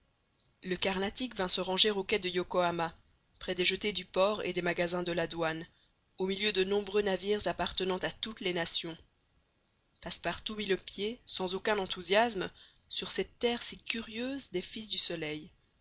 le carnatic vint se ranger au quai de yokohama près des jetées du port et des magasins de la douane au milieu de nombreux navires appartenant à toutes les nations passepartout mit le pied sans aucun enthousiasme sur cette terre si curieuse des fils du soleil